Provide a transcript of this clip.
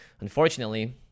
Unfortunately